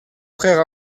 frères